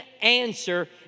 answer